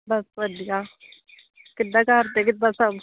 ਬਸ ਵਧੀਆ ਕਿੱਦਾਂ ਘਰਦੇ ਕਿੱਦਾਂ ਸਭ